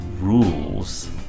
rules